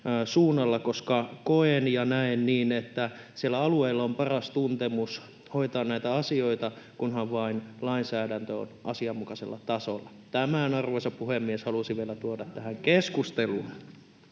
koska koen ja näen niin, että siellä alueilla on paras tuntemus hoitaa näitä asioita, kunhan vain lainsäädäntö on asianmukaisella tasolla. Tämän, arvoisa puhemies, halusin vielä tuoda tähän keskusteluun.